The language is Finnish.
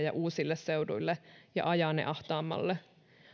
lajeja uusille seuduille ja ajaa ne ahtaammalle